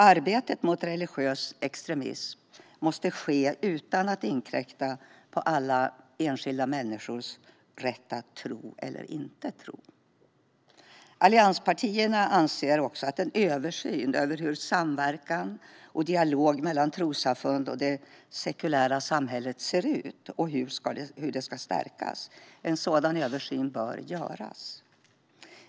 Arbetet mot religiös extremism måste ske utan att det inkräktar på alla enskilda människors rätt att tro eller inte tro. Allianspartierna anser att en översyn av hur samverkan och dialog mellan trossamfund och det sekulära samhället ser ut och hur det ska stärkas bör göras.